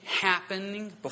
happening